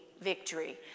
victory